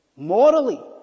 Morally